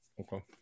Okay